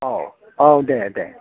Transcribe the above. औ औ दे दे